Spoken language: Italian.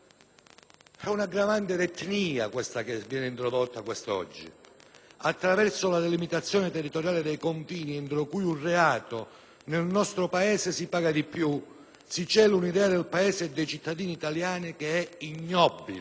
si potrebbe definire quella che verrà introdotta oggi. Attraverso la delimitazione territoriale dei confini entro cui un reato, nel nostro Paese, si paga di più si cela un'idea del Paese e dei cittadini italiani ignobile.